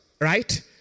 Right